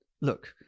Look